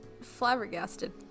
flabbergasted